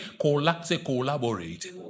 collaborate